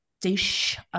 dish